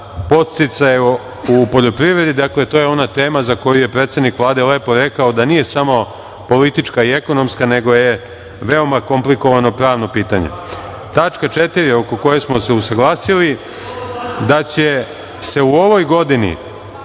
podsticaje u poljoprivredi. To je ona tema za koju je predsednik Vlade lepo rekao da nije samo politička i ekonomska, nego je veoma komplikovano pravno pitanje. Tačka 4. oko koje smo se usaglasili da će se u ovoj godini,